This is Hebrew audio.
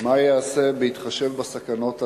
מה ייעשה, בהתחשב בסכנות הללו?